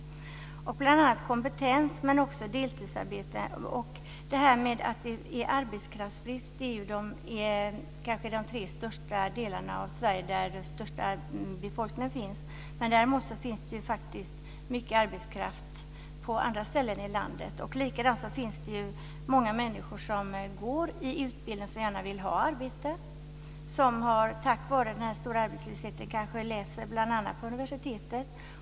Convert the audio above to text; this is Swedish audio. Det gäller bl.a. kompetens men också deltidsarbete. Arbetskraftsbrist är det kanske i de tre delar av Sverige där den största befolkningen finns. Däremot finns det mycket arbetskraft på andra ställen i landet. Det finns också många människor som går i utbildning som gärna vill ha arbete men som tack vare arbetslivserfarenheten kanske läser på universitetet.